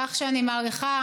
כך שאני מעריכה,